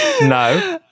No